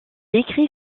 écrit